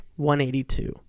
182